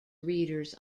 readers